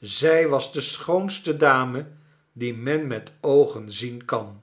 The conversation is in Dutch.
zij was de schoonste dame die men met oogen zien kan